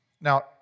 Now